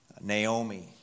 Naomi